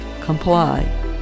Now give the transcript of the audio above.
Comply